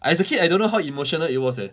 as a kid I don't know how emotional it was eh